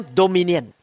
dominion